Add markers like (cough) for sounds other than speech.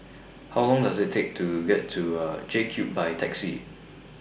How Long Does IT Take to get to (hesitation) J Cube By Taxi